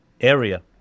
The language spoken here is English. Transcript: area